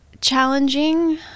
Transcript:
Challenging